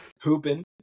hooping